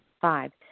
five